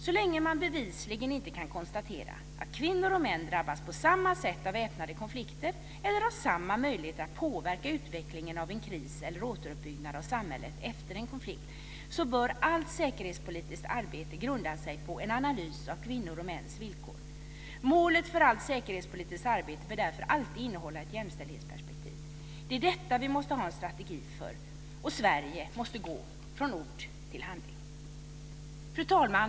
Så länge man bevisligen inte kan konstatera att kvinnor och män drabbas på samma sätt av väpnade konflikter eller har samma möjlighet att påverka utvecklingen av en kris eller återuppbyggnad av samhället efter en konflikt så bör allt säkerhetspolitiskt arbete grunda sig på en analys av kvinnors och mäns villkor. Målet för allt säkerhetspolitiskt arbete bör därför alltid innehålla ett jämställdhetsperspektiv. Det är detta som vi måste ha en strategi för. Sverige måste gå från ord till handling. Fru talman!